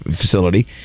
facility